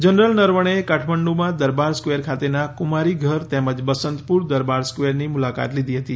general નરવણેએ કાઠમંડુમાં Durbar square ખાતેના કુમારી ઘર તેમજ બસંતપુર દરબાર સ્કવેઅરની મુલાકાત લીધી હતી